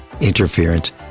interference